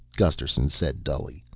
gusterson said dully,